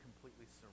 completely